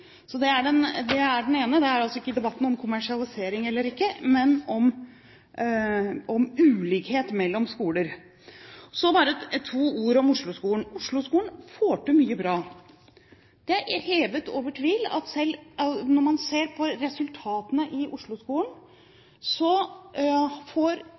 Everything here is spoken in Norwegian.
Så bare to ord om Oslo-skolen: Oslo-skolen får til mye bra. Det er hevet over tvil når man ser på resultatene i Oslo-skolen, at Oslo-skolen får